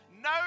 no